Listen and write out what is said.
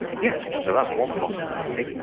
yes, so that's one possibility.